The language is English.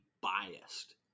biased